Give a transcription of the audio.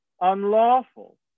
unlawful